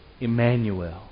Emmanuel